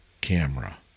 camera